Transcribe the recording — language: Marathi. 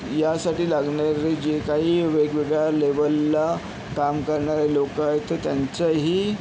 यासाठी लागणारे जे काही वेगवेगळ्या लेवलला काम करणारे लोक आहेत ते त्यांच्याही